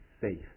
safe